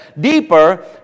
deeper